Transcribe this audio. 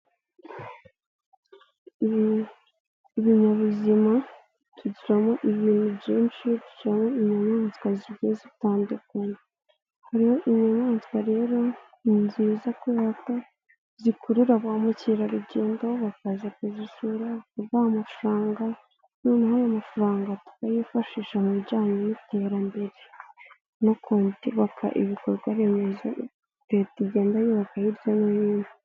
Ibinyabuzima tugiramo ibintu byinshi bityo inyamaswa zigiye zitandukanye inyamaswa rero ni nziza kubera ko zikurura ba mukerarugendo bakaza kuzisura bakaduha amafaranga noneho ayo amafaranga tukayifashisha mu bijyanye n'iterambere no kubaka ibikorwaremezo leta igenda yubaka hirya no hino.